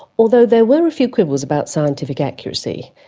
although there were a few quibbles about scientific accuracy,